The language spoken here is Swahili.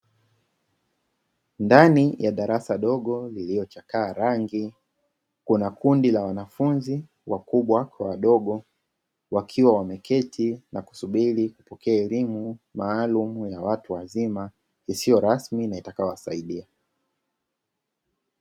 Ndani ya darasa dogo lililochakaa rangi kuna kundi la wanafunzi wakubwa kwa wadogo, wakiwa wanasubiri kupokea elimu isiyo rasmi na itakayowasaidia.